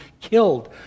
killed